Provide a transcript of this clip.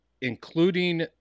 including